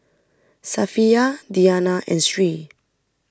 Safiya Diyana and Sri